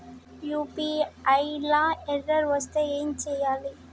UPI లా error వస్తే ఏం చేయాలి?